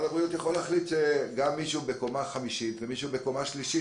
מרד הבריאות יכול להחליט שגם מישהו בקומה חמישית ומישהו בקומה שלישית,